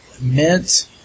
Mint